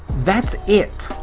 that's it!